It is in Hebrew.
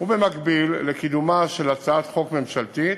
במקביל לקידומה של הצעת חוק ממשלתית